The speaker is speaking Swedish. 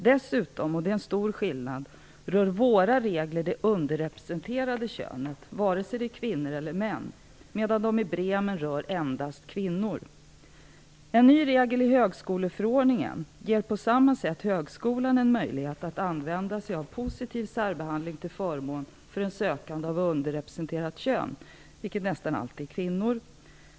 Dessutom rör våra regler - det är en stor skillnad - det underrepresenterade könet, vare sig det är kvinnor eller män, medan de i ger på samma sätt högskolan en möjlighet att använda sig av positiv särbehandling till förmån för en sökande av underrepresenterat kön, vilket nästan alltid är kvinnor.